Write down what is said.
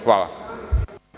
Hvala.